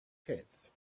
kids